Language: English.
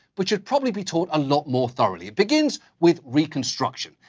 which should probably be taught a lot more thoroughly. begins with reconstruction,